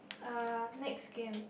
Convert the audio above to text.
uh next game